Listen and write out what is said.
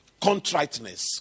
Contriteness